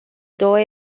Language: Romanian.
două